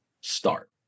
start